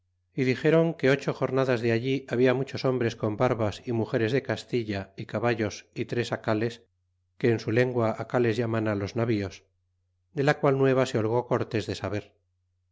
y dixéron que ocho jornadas de allí habla muchos hombres con barbas y mugeres de castilla y caballos y tres acales que en su lengua acales llaman á los navíos de la qual nueva se holgó cortés de saber